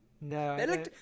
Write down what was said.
No